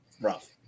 rough